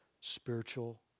spiritual